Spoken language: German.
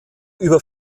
über